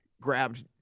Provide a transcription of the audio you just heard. grabbed